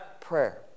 Prayer